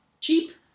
Cheap